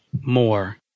More